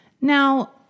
Now